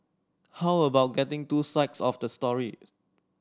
how about getting two sides of the stories